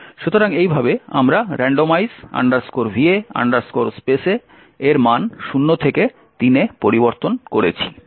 সুতরাং এইভাবে আমরা randomize va space এর মান 0 থেকে 3 পরিবর্তন করেছি